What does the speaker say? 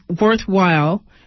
worthwhile